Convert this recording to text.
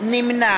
נמנע